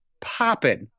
popping